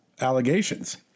allegations